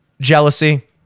Jealousy